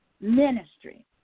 ministry